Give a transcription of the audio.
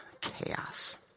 chaos